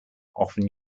often